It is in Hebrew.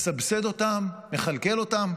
מסבסד אותם, מכלכל אותם.